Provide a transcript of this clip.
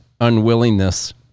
unwillingness